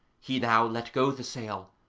he now let go the sail,